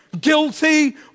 guilty